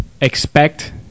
expect